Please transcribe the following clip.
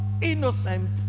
innocent